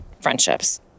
friendships